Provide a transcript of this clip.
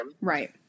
Right